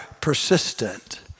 persistent